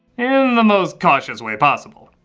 in the most cautious way possible.